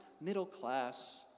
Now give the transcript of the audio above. middle-class